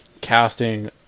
casting